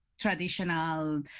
traditional